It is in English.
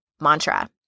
mantra